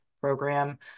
program